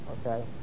Okay